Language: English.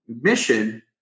mission